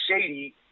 Shady